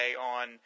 on